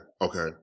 Okay